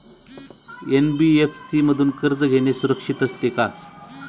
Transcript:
NBFC मधून कर्ज घेणे सुरक्षित असते का?